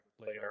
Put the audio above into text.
later